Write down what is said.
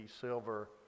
silver